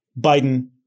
Biden